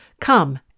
Come